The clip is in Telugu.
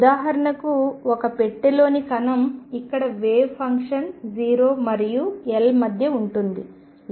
ఉదాహరణకు ఒక పెట్టెలోని కణం ఇక్కడ వేవ్ ఫంక్షన్ 0 మరియు L మధ్య ఉంటుంది